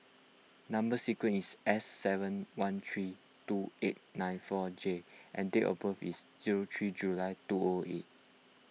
Number Sequence is S seven one three two eight nine four J and date of birth is zero three July two O O eight